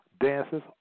dances